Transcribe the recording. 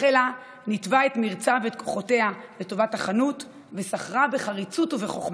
מכלה ניתבה את מרצה וכוחותיה לטובת החנות וסחרה בחריצות ובחוכמה,